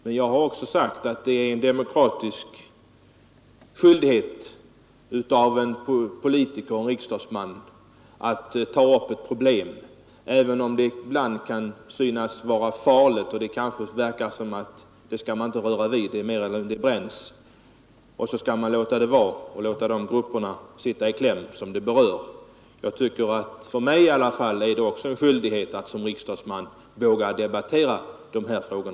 Men jag har också sagt att det är en demokratisk skyldighet av en politiker och riksdagsman att ta upp ett problem, även om det kan synas farligt, och även om det kan verka som om man inte skall röra vid det, eftersom det bränns, och man därför skall låta det hela vara och låta berörda grupper få sitta i kläm. För mig är det i vilket fall som helst en skyldighet som riksdagsman att våga debattera dessa frågor.